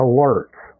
Alerts